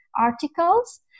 articles